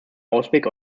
ausweg